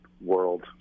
world